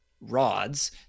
rods